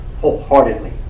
wholeheartedly